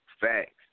facts